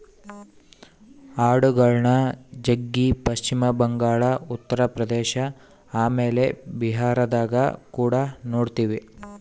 ಆಡುಗಳ್ನ ಜಗ್ಗಿ ಪಶ್ಚಿಮ ಬಂಗಾಳ, ಉತ್ತರ ಪ್ರದೇಶ ಆಮೇಲೆ ಬಿಹಾರದಗ ಕುಡ ನೊಡ್ತಿವಿ